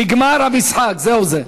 נגמר המשחק, זהו זה.